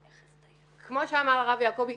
כמו שאמר הרב יעקבי,